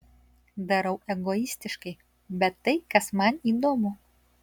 darau egoistiškai bet tai kas man įdomu